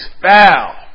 foul